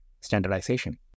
standardization